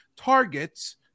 targets